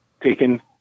taken